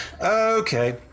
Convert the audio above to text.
Okay